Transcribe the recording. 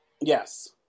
Yes